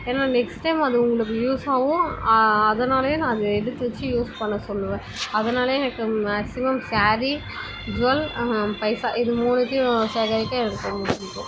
ஏன்னால் next time அது உங்களுக்கு யூஸ் ஆகும் அதனாலேயே நான் அதை எடுத்து வச்சு யூஸ் பண்ண சொல்லுவேன் அதனாலேயே எனக்கு மேக்ஸிமம் ஸேரீ ஜுவெல் பைசா இது மூணுத்தையும் சேகரிக்க எனக்கு ரொம்ப பிடிக்கும்